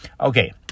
okay